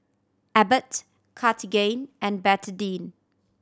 Abbott Cartigain and Betadine